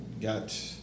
got